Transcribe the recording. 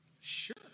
Sure